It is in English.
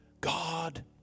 God